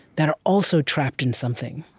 that are also trapped in something.